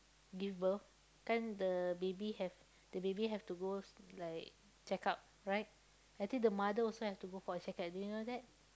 give birth kan the baby have the baby have to go like check-up right I think the mother also have to go for check-up do you know that